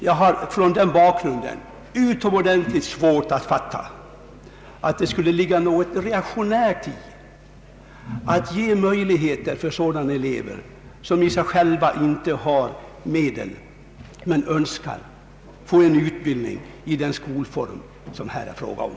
Jag har mot den bakgrunden utomordentligt svårt att fatta att det skulle ligga något reaktionärt i att ge möjligheter åt elever som själva inte kan betala men som så önskar att få utbildning vid de skolor det här är fråga om.